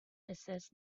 assessed